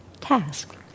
task